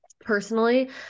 personally